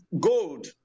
gold